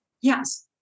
Yes